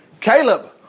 Caleb